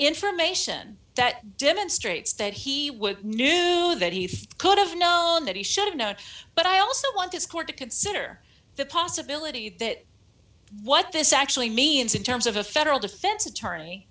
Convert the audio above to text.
information that demonstrates that he would knew that he could have known that he should have known but i also want this court to consider the possibility that what this actually means in terms of a federal defense attorney